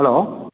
hello